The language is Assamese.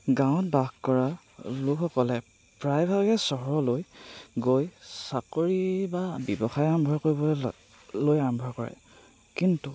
গাঁৱত বাস কৰা লোকসকলে প্ৰায়ভাগে চহৰলৈ গৈ চাকৰি বা ব্যৱসায় আৰম্ভ কৰিবলৈ আৰম্ভ কৰে কিন্তু